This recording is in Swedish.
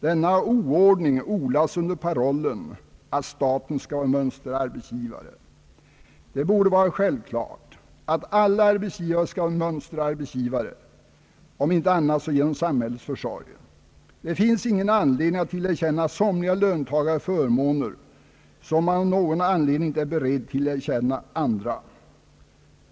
Denna oordning odlas under parollen att staten skall vara mönsterarbetsgivare. Alla arbetsgivare borde självklart vara mönsterarbetsgivare, om inte annat så genom samhällets försorg; det finns ingen anledning att tillerkänna somliga löntagare förmåner som man av någon anledning inte är beredd att tillerkänna andra.